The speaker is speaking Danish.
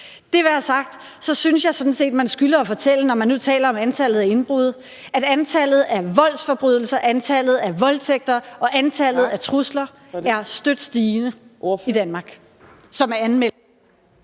Det være sagt, så synes jeg sådan set, at man skylder at fortælle – når man nu taler om antallet af indbrud – at antallet af voldsforbrydelser, antallet af voldtægter og antallet af trusler, som anmeldes, er støt stigende i Danmark. Kl.